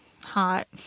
hot